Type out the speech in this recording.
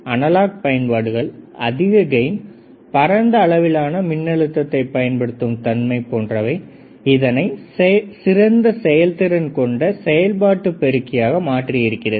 analogue பயன்பாடுகள் அதிக gain பரந்த அளவிலான மின்னழுத்தத்தை பயன்படுத்தும் தன்மை போன்றவை இதனை சிறந்த செயல் திறன் கொண்ட செயல்பாட்டு பெருக்கியாக மாற்றியிருக்கிறது